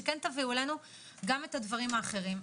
שכן תביאו אלינו גם את הדברים האחרים,